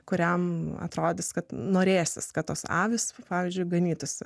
kuriam atrodys kad norėsis kad tos avys pavyzdžiui ganytųsi